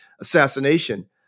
assassination